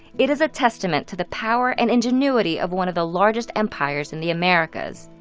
it is a testament to the power and ingenuity of one of the largest empires in the americas.